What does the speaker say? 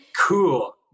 Cool